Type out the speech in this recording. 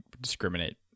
discriminate